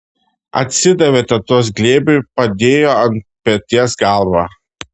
atsidavė tetos glėbiui padėjo ant peties galvą